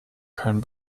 keinen